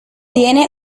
tiene